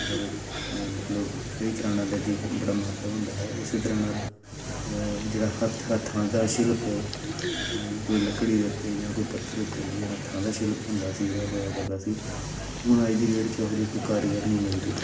ਔਰ ਮਤਲਬ ਕਈ ਤਰ੍ਹਾਂ ਨਾਲ ਇਹਦੀ ਬੜਾ ਮਹੱਤਵ ਹੁੰਦਾ ਹੈ ਇਸੇ ਤਰ੍ਹਾਂ ਨਾਲ ਜਿਹੜਾ ਹੱਥ ਹੱਥਾਂ ਦਾ ਸ਼ਿਲਪ ਕੋਈ ਲੱਕੜੀ ਦੇ ਉੱਤੇ ਜਾਂ ਕੋਈ ਪੱਥਰ ਉੱਤੇ ਜਿਹੜੀਆਂ ਹੱਥਾਂ ਦਾ ਸ਼ਿਲਪ ਹੁੰਦਾ ਸੀ ਜਿਹੜਾ ਹੋਇਆ ਕਰਦਾ ਸੀ ਹੁਣ ਅੱਜ ਦੀ ਡੇਟ 'ਚ ਇਹੋ ਜਿਹੇ ਕੋਈ ਕਾਰੀਗਰ ਨਹੀਂ ਮਿਲਦੇ